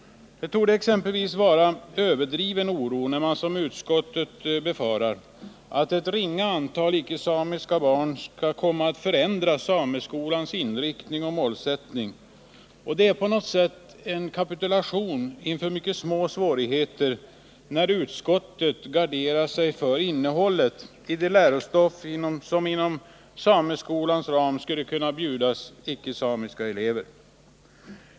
Det torde exempelvis vara uttryck för en överdriven oro när man som utskottet befarar att ett ringa antal icke-samiska barn skall komma att förändra sameskolans inriktning och målsättning. Och det är på något sätt en kapitulation inför mycket små svårigheter, när utskottet garderar sig för innehållet i det lärostoff som inom sameskolans ram skulle erbjudas icke-samiska elever.